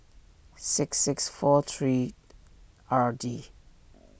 six six four three R D